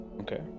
Okay